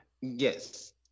yes